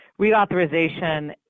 reauthorization